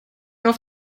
auf